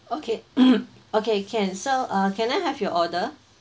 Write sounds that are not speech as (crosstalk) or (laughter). okay (coughs) okay can so uh can I have your order